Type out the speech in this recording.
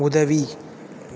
உதவி